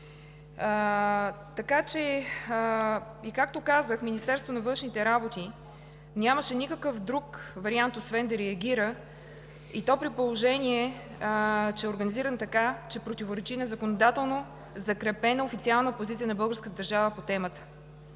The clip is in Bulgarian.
реагираме. Както казах, Министерството на външните работи нямаше никакъв друг вариант освен да реагира, и то, при положение че е организирана така, че противоречи на законодателно закрепена официална позиция на българската държава по темата.